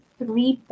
three